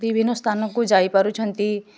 ବିଭିନ୍ନ ସ୍ଥାନକୁ ଯାଇପାରୁଛନ୍ତି